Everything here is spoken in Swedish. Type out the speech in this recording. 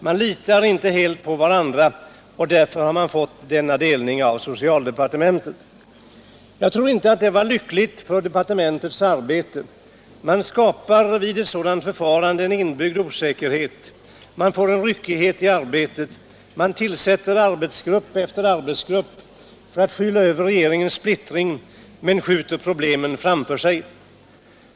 Man litar inte helt på varandra och därför har man gjort denna delning av socialdepartementet. Jag tror inte att detta varit lyckligt för departementets arbete. Man skapar med ett sådant förfarande en inbyggd osäkerhet. Man får en ryckighet i arbetet. Man tillsätter arbetsgrupp efter arbetsgrupp för att skyla över regeringens splittring, och man skjuter problemen framför sig.